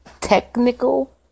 technical